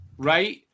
Right